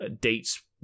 dates